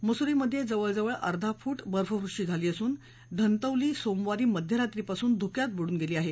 मसुरीमध्ये जवळजवळ अर्धा फूट बर्फवृष्टी झाली असून धंतौली सोमवारी मध्यरात्रीपासून धुक्यात बुडून गेली आहे